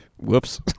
Whoops